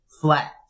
flat